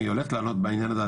אם היא הולכת לענות בעניין הזה,